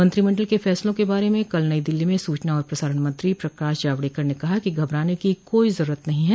मंत्रिमंडल के फैसलों के बारे में कल नई दिल्ली में सूचना और प्रसारण मंत्री प्रकाश जावड़ेकर ने कहा कि घबराने की कोई जरूरत नहीं है